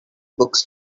books